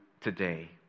today